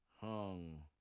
Hung